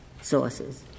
sources